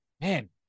man